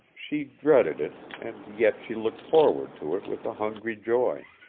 she dreaded it, and yet she looked forward to it with a hungry joy.